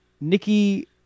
Nikki